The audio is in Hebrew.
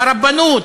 ברבנות,